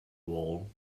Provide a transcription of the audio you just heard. wall